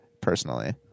personally